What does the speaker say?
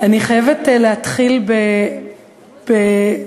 אני חייבת להתחיל בתודה,